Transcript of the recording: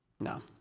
No